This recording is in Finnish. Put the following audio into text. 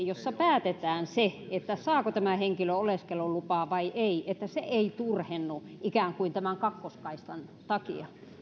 jossa päätetään saako tämä henkilö oleskelulupaa vai ei ei turhennu tämän kakkoskaistan takia